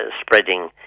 spreading